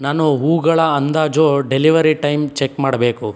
ನಾನು ಹೂವುಗಳ ಅಂದಾಜು ಡೆಲಿವರಿ ಟೈಮ್ ಚೆಕ್ ಮಾಡಬೇಕು